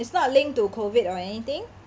it's not linked to COVID or anything